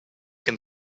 can